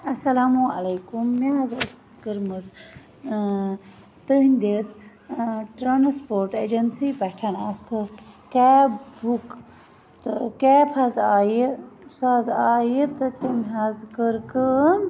السلامُ عَلیکُم مےٚ حظ ٲس کٔرمٕژ تٕہِنٛدِس ٹرٛانَسپورٹ اٮ۪جَنسی پٮ۪ٹھ اَکھٕ کیب بُک تہٕ کٮیپ حظ آیہِ سۄ حظ آیہِ تہٕ تٔمۍ حظ کٔر کٲم